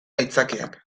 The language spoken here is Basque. aitzakiak